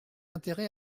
intérêt